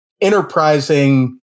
enterprising